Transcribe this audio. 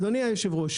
אדוני היושב ראש,